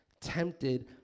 tempted